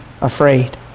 afraid